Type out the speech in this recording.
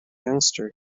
youngster